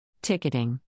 Ticketing